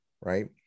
right